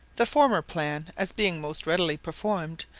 the former plan, as being most readily performed,